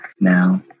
Now